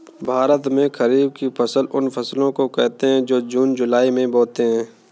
भारत में खरीफ की फसल उन फसलों को कहते है जो जून जुलाई में बोते है